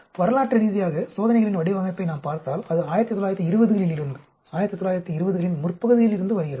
வரலாற்று ரீதியாக சோதனைகளின் வடிவமைப்பை நாம் பார்த்தால் அது 1920 களில் இருந்து 1920 களின் முற்பகுதியில் இருந்து வருகிறது